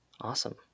Awesome